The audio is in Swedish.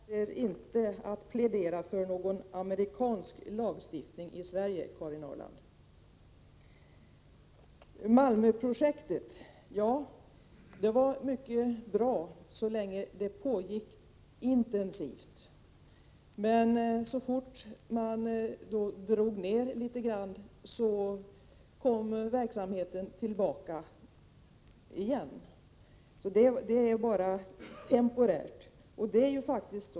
Herr talman! Jag avser inte att plädera för någon amerikansk lagstiftning i Sverige, Karin Ahrland. Malmöprojektet var mycket bra så länge det pågick intensivt. Så fort man drog ned på det litet grand kom prostitutionsverksamheten tillbaka igen. Minskningen var alltså bara temporär.